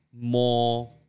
more